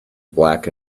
black